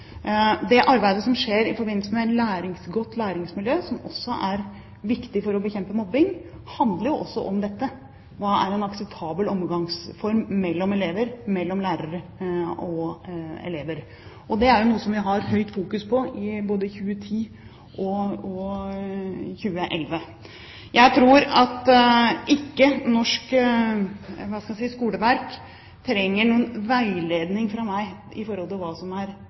Det arbeidet som skjer i forbindelse med et godt læringsmiljø, som også er viktig for å bekjempe mobbing, handler jo om dette. Hva er en akseptabel omgangsform mellom elever og mellom lærere og elever? Det er noe vi har høyt fokus på både i 2010 og i 2011. Jeg tror ikke at norsk skoleverk trenger noen veiledning fra meg om hva som er